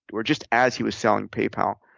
or just as he was selling paypal,